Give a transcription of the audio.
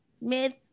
myth